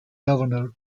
governor